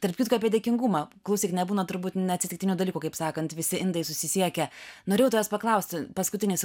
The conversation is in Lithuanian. tarp kitko apie dėkingumą klausyk nebūna turbūt neatsitiktinių dalykų kaip sakant visi indai susisiekia norėjau tavęs paklausti paskutinis jau